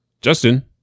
Justin